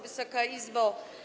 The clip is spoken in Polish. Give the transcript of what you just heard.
Wysoka Izbo!